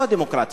זו הדמוקרטיה.